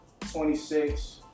26